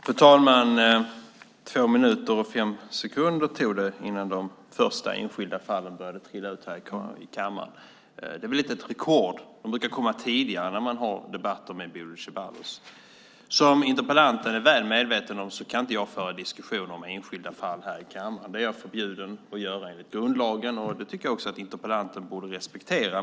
Fru talman! Det tog två minuter och fem sekunder innan de första enskilda fallen började trilla ut. Det är väl något av ett rekord. De brukar komma tidigare när man har debatter med Bodil Ceballos. Som interpellanten är väl medveten om kan jag inte föra diskussioner om enskilda fall här i kammaren. Det är jag förbjuden att göra enligt grundlagen, och det tycker jag att interpellanten borde respektera.